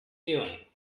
doing